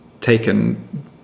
taken